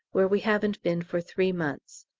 where we haven't been for three months.